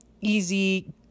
easy